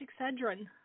Excedrin